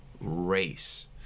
race